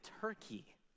turkey